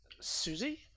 Susie